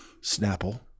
Snapple